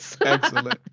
Excellent